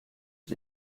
het